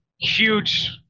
huge